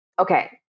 Okay